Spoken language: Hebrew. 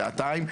שעתיים,